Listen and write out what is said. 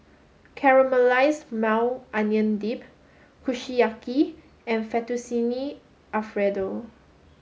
Caramelized Maui Onion Dip Kushiyaki and Fettuccine Alfredo